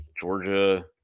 Georgia